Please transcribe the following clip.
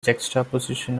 juxtaposition